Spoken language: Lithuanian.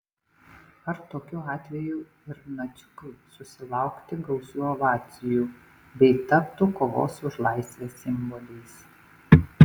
ar tokiu atveju ir naciukai susilaukti gausių ovacijų bei taptų kovos už laisvę simboliais